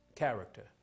character